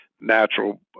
natural